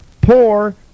poor